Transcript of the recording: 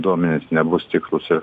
duomenys nebus tikslūs ir